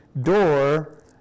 door